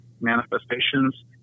manifestations